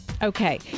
Okay